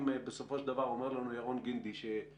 אם בסופו של דבר אומר לנו ירון גינדי שמייצג,